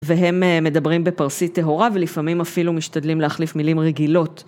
והם מדברים בפרסית טהורה ולפעמים אפילו משתדלים להחליף מילים רגילות.